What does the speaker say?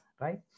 right